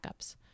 Backups